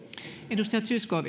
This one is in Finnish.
arvoisa